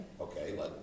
Okay